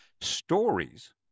stories